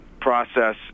process